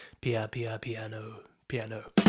pia-pia-piano-piano